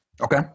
Okay